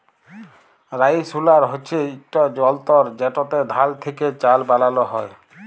rice huller হছে ইকট যল্তর যেটতে ধাল থ্যাকে চাল বালাল হ্যয়